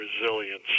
resilience